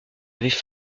avaient